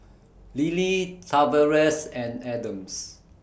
Lillia Tavares and Adams